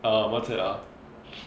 err what's it uh